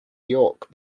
york